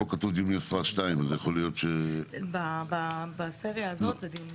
כתוב דיון מס' 2. זה הדיון השני.